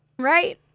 Right